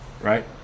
Right